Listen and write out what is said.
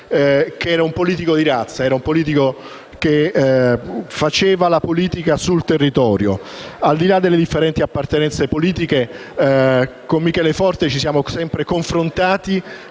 che era una politico di razza, che faceva la politica sul territorio. Al di là delle differenti appartenenze politiche, con Michele Forte ci siamo sempre confrontati,